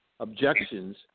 objections